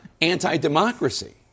anti-democracy